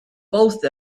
both